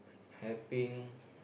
helping